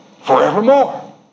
Forevermore